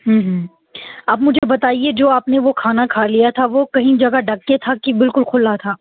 ہوں ہوں آپ مجھے بتائیے جو آپ نے وہ کھانا کھا لیا تھا وہ کہیں جگہ ڈھک کے تھا کہ بالکل کھلا تھا